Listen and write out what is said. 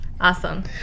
awesome